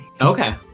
okay